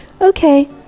okay